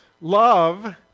Love